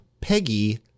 Peggy